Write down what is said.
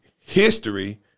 history